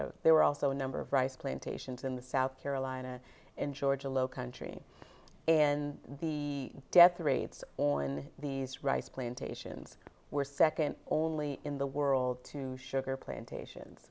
of there were also a number of rice plantations in the south carolina in georgia low country and the death rates on these rice plantations were second only in the world to sugar plantations